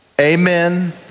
Amen